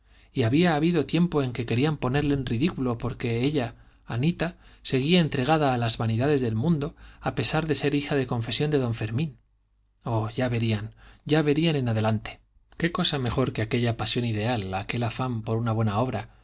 y había habido tiempo en que querían ponerle en ridículo por que ella anita seguía entregada a las vanidades del mundo a pesar de ser hija de confesión de don fermín oh ya verían ya verían en adelante qué cosa mejor que aquella pasión ideal aquel afán por una buena obra